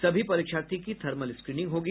सभी परीक्षार्थी की थर्मल स्क्रीनिंग होगी